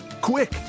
Quick